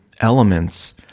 elements